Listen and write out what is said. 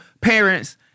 parents